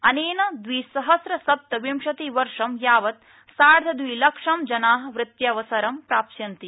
अनेन द्विसहस्रसप्तविंशतिवर्ष यावत् सार्धद्विलक्ष जनाः वृत्त्यवसरं प्राप्स्यन्ति